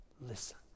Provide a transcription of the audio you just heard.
listen